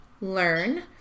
learn